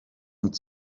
hat